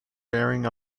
bearing